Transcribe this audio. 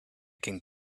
can